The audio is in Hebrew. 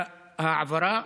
ההעברה,